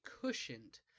cushioned